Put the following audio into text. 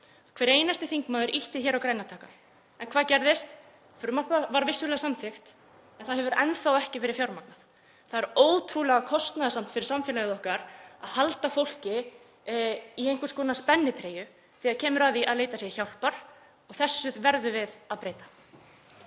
Hver einasti þingmaður ýtti á græna takkann. En hvað gerðist? Frumvarp var vissulega samþykkt en það hefur enn þá ekki verið fjármagnað. Það er ótrúlega kostnaðarsamt fyrir samfélagið okkar að halda fólki í einhvers konar spennitreyju þegar kemur að því að leita sér hjálpar. Þessu verðum við að breyta.